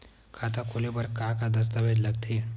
खाता खोले बर का का दस्तावेज लगथे?